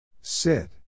Sit